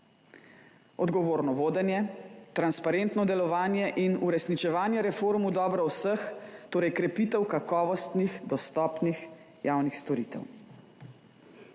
odgovorno vodenje, transparentno delovanje in uresničevanje reform v dobro vseh, torej krepitev kakovostnih, dostopnih javnih storitev.